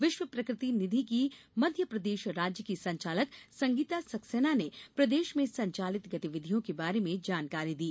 विश्व प्रकृति निधि की मध्यप्रदेश राज्य की संचालक संगीता सक्सेना ने प्रदेश में संचालित गतिविधियों के बारे में जानकारी दी